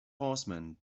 horseman